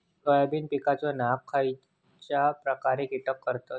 Soybean पिकांचो नाश खयच्या प्रकारचे कीटक करतत?